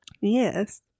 Yes